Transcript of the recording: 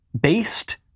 based